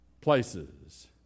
places